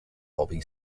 bobby